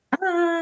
bye